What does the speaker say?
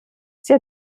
sie